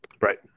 Right